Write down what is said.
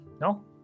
no